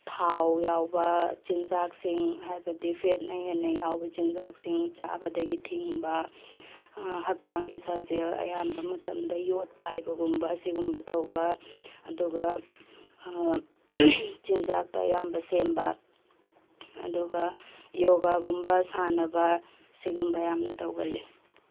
ꯊꯥꯎ ꯌꯥꯎꯕ ꯆꯤꯟꯖꯥꯛꯁꯤꯡ ꯍꯥꯏꯕꯗꯤ ꯐꯦꯠꯅ ꯍꯦꯟꯅ ꯌꯥꯎꯕ ꯆꯤꯟꯖꯥꯛꯁꯤꯡ ꯆꯥꯕꯗꯒꯤ ꯊꯤꯡꯕ ꯍꯛꯆꯥꯡꯒꯤ ꯁꯥꯖꯦꯜ ꯑꯌꯥꯝꯕ ꯃꯇꯝꯗ ꯌꯣꯠ ꯄꯥꯏꯕꯒꯨꯝꯕ ꯑꯁꯤꯒꯨꯝꯕ ꯇꯧꯕ ꯑꯗꯨꯒ ꯆꯤꯟꯖꯥꯛꯇ ꯑꯌꯥꯝꯕ ꯁꯦꯝꯕ ꯑꯗꯨꯒ ꯌꯣꯒꯥꯒꯨꯝꯕ ꯁꯥꯟꯅꯕ ꯑꯁꯤꯒꯨꯝꯕ ꯌꯥꯝꯅ ꯇꯧꯒꯜꯂꯤ